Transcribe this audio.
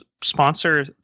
sponsor